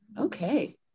Okay